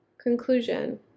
Conclusion